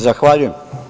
Zahvaljujem.